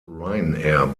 ryanair